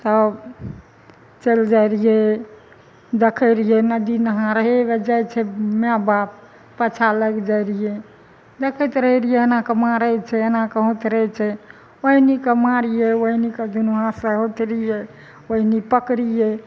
तब चैलि जाइ रहियै देखै रहियै नदी नहार हे वए जाइ छै माए बाप पछा लागि जाइ रहियै देखैत रहै रहियै एना कऽ मारै छै एना कऽ हथोरै छै ओहना कऽ मारियै ओहनाके दुनू हाथसँ हथोरियै ओहना पकरियै